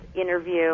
interview